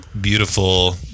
beautiful